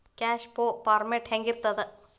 Cash flow format ಹೆಂಗಿರ್ತದ?